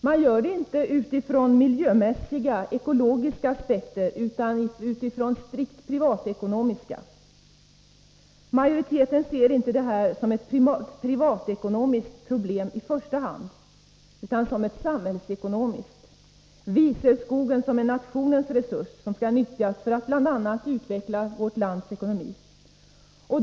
Man har gjort det, inte ur miljömässiga, ekologiska aspekter utan ur strikt privatekonomiska. Majoriteten i utskottet ser inte det här som ett i första hand privatekonomiskt problem utan som ett samhällsekonomiskt. Vi ser skogen som en nationens resurs som skall nyttjas bl.a. för att utveckla landets ekonomi.